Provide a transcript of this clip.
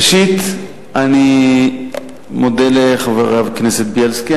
ראשית, אני מודה לחבר הכנסת בילסקי.